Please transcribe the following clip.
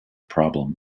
problem